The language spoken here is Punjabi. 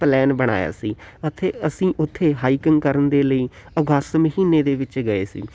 ਪਲੈਨ ਬਣਾਇਆ ਸੀ ਅਤੇ ਅਸੀਂ ਉੱਥੇ ਹਾਈਕਿੰਗ ਕਰਨ ਦੇ ਲਈ ਅਗਸਤ ਮਹੀਨੇ ਦੇ ਵਿੱਚ ਗਏ ਸੀ